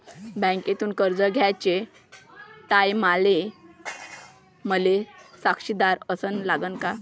बँकेतून कर्ज घ्याचे टायमाले मले साक्षीदार अन लागन का?